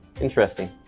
Interesting